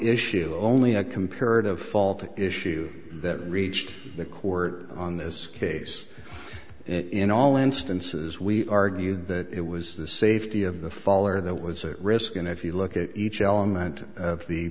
issue only a comparative fault issue that reached the court on this case in all instances we argued that it was the safety of the fall or that was a risk and if you look at each element of the